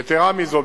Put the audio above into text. יתירה מזאת,